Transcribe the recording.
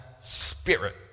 spirit